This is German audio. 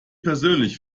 persönlich